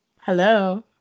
Hello